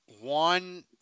one